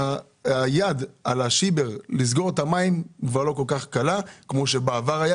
היד על השיבר לסגור את המים כבר לא כל-כך קלה כמו שבעבר היה.